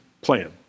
plan